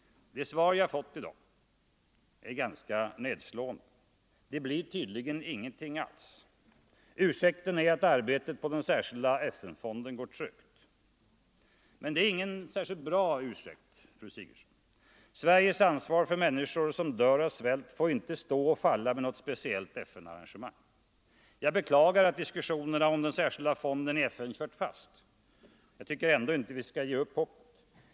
Det svar jag har fått i dag är ganska nedslående: Det blir tydligen ingenting alls. Ursäkten är att arbetet på den särskilda FN-fonden går trögt. Det är ingen bra ursäkt, fru Sigurdsen. Sveriges ansvar för människor som dör av svält får inte stå och falla med något speciellt FN-arrangemang. Jag beklagar att diskussionerna om den särskilda fonden i FN kört fast. Jag tycker ändå inte att vi skall ge upp hoppet.